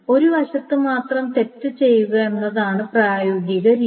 ഒരു വശത്ത് മാത്രം തെറ്റ് ചെയ്യുക എന്നതാണ് പ്രായോഗിക രീതി